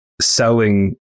selling